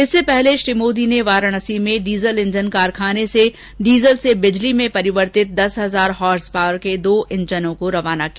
इससे पहले श्री मोदी ने वाराणसी में डीजल इंजन कारखाने से डीजल से बिजली में परिवर्तित दस हजार हॉर्स पावर के दो इंजनों को रवाना किया